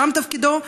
שם תפקידו,